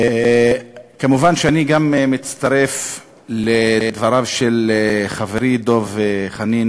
כמובן גם אני מצטרף לדבריו של חברי דב חנין